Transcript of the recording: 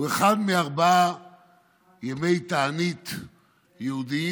הוא אחד מארבעה ימי תענית יהודיים.